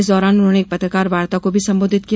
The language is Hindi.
इस दौरान उन्होंने एक पत्रकार वार्ता को भी संबोधित किया